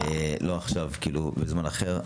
לא עכשיו, בזמן אחר.